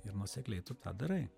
ir nuosekliai tu tą darai